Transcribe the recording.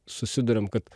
susiduriam kad